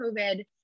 COVID